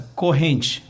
corrente